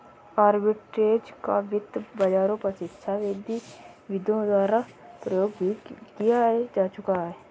arbitrage का वित्त बाजारों पर शिक्षाविदों द्वारा प्रयोग भी किया जा चुका है